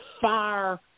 fire